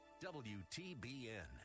wtbn